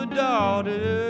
daughter